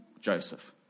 Joseph